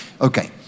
Okay